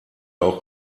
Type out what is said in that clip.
auch